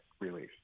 relief